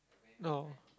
no